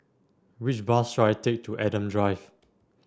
which bus should I take to Adam Drive